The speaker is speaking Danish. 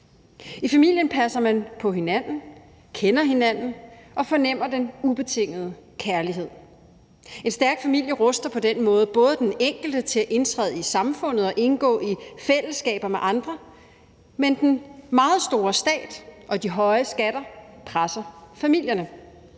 I familien passer man på hinanden, kender hinanden og fornemmer den ubetingede kærlighed. En stærk familie ruster på den måde den enkelte til at indtræde i samfundet og indgå i fællesskaber med andre. Men den meget store stat og de høje skatter presser familierne.